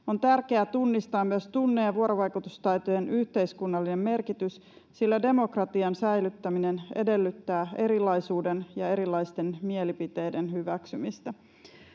On tärkeää tunnistaa myös tunne‑ ja vuorovaikutustaitojen yhteiskunnallinen merkitys, sillä demokratian säilyttäminen edellyttää erilaisuuden ja erilaisten mielipiteiden hyväksymistä.”